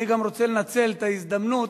אני גם רוצה לנצל את ההזדמנות,